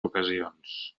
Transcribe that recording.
ocasions